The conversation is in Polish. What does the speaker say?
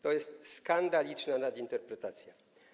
To jest skandaliczna nadinterpretacja.